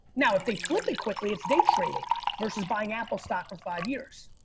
now, if they flip it quickly it's day trading versus buying apple stock for five years.